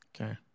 Okay